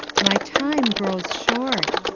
my time grows short,